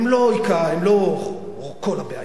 הם לא כל הבעיה,